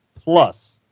Plus